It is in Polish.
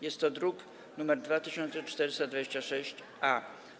Jest to druk nr 2426-A.